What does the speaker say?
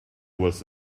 was